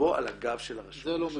לבוא על הגב של הרשות